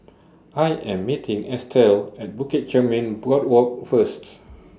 I Am meeting Estelle At Bukit Chermin Boardwalk First